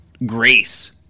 grace